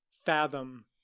fathom